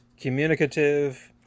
communicative